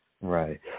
Right